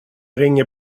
ringer